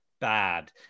bad